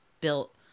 built